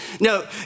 No